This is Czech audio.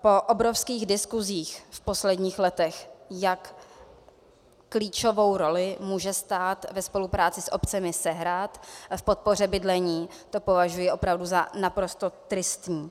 Po obrovských diskusích v posledních letech, jak klíčovou roli může stát ve spolupráci s obcemi sehrát v podpoře bydlení, to považuji opravdu za naprosto tristní.